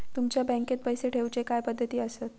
तुमच्या बँकेत पैसे ठेऊचे काय पद्धती आसत?